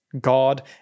God